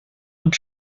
und